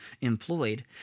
employed